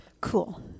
cool